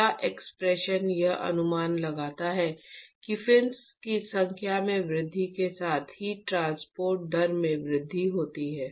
क्या एक्सप्रेशन यह अनुमान लगाता है कि फिन्स की संख्या में वृद्धि के साथ हीट ट्रांसपोर्ट दर में वृद्धि होती है